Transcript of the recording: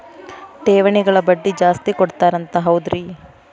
ಠೇವಣಿಗ ಬಡ್ಡಿ ಜಾಸ್ತಿ ಕೊಡ್ತಾರಂತ ಹೌದ್ರಿ?